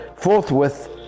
Forthwith